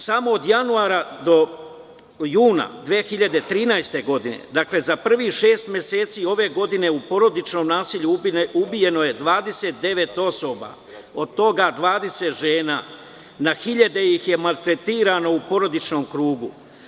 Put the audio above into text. Samo od januara do juna 2013. godine, za prvih šest meseci ove godine u porodičnom nasilju ubijeno je 29 osoba, od toga 20 žena, na hiljade ih je maltretirano u porodičnom krugu.